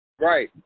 Right